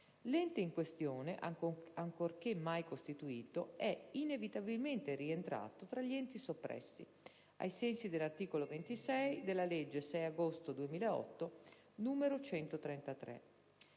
L'ente in questione, ancorché mai costituito, è inevitabilmente rientrato tra gli enti soppressi, ai sensi dell'articolo 26 della legge 6 agosto 2008, n. 133.